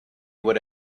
would